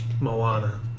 Moana